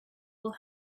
will